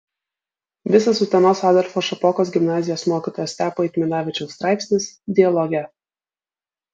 visas utenos adolfo šapokos gimnazijos mokytojo stepo eitminavičiaus straipsnis dialoge